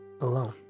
alone